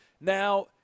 now